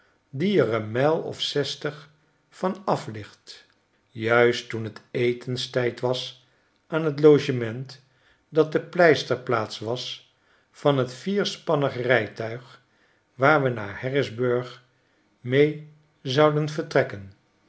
york dieer eenmijl of zestig van af ligt juist toen t etenstijd was aan t logement dat de pleisterplaats was van t vierspannig rijtuig waar we naar harrisburgh mee zouden vertrekken